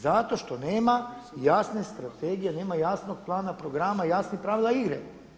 Zato što nema jasne strategije, nema jasnog plana programa, jasnih pravila igre.